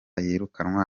yirukanwa